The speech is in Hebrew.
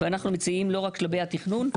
ואנחנו מציעים לא שלבי התכנון,